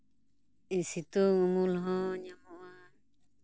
ᱥᱤᱛᱩᱝ ᱩᱢᱩᱞ ᱦᱚᱸ ᱧᱟᱢᱚᱜᱼᱟ